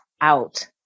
out